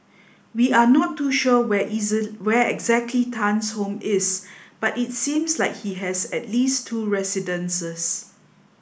we are not too sure where where exactly Tan's home is but it seems like he has at least two residences